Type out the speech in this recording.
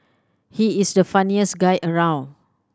he is the funniest guy around